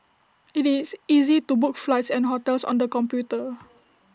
IT is easy to book flights and hotels on the computer